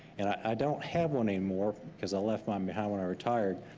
and i don't have one anymore because i left mine behind when i retired,